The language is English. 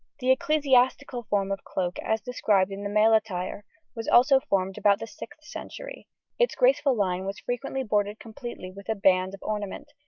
the ecclesiastical form of cloak as described in the male attire was also formed about the sixth century its graceful line was frequently bordered completely with a band of ornament,